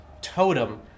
totem